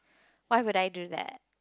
why would I do that